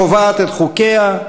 קובעת את חוקיה,